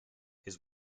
his